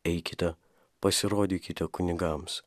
eikite pasirodykite kunigams